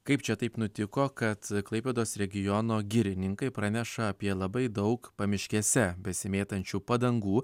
kaip čia taip nutiko kad klaipėdos regiono girininkai praneša apie labai daug pamiškėse besimėtančių padangų